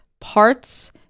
parts